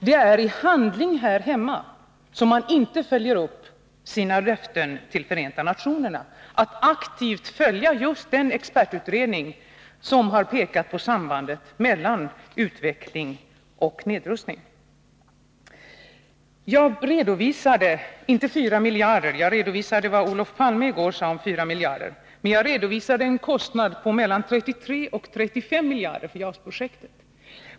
Det är i handling här hemma som man inte följer upp sina löften till Förenta nationerna, att aktivt följa just den expertutredning som har pekat på sambandet mellan utveckling och nedrustning. Jag redovisade inte 4 miljarder utan det Olof Palme sade om 4 miljarder. Jag redovisade en kostnad på mellan 33 och 35 miljarder för JAS-projektet.